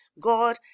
God